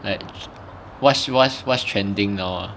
like what what's what's trending now ah